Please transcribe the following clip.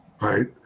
right